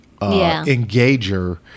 engager